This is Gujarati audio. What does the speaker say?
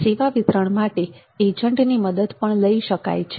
સેવા વિતરણ માટે એજન્ટની મદદ પણ લઈ શકાય છે